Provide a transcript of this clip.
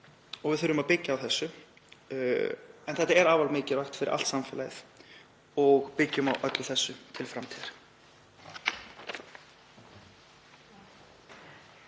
og við þurfum að byggja á þessu. Þetta er afar mikilvægt fyrir allt samfélagið. Byggjum á öllu þessu til framtíðar.